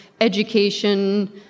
education